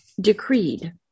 decreed